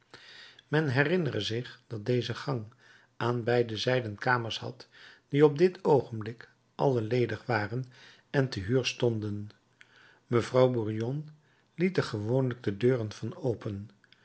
men herinnere zich dat deze gang aan beide zijden kamers had die op dit oogenblik alle ledig waren en te huur stonden vrouw burgon liet er gewoonlijk de deuren van open